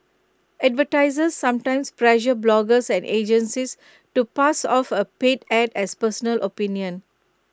advertisers sometimes pressure bloggers and agencies to pass off A paid Ad as personal opinion